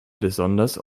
besonders